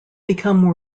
become